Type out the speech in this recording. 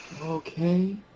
Okay